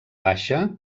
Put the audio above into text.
baixa